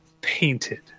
painted